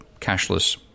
cashless